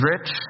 rich